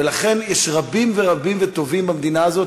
ולכן יש רבים ורבים וטובים במדינה הזאת,